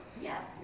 Yes